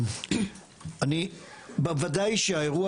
בוודאי שהאירוע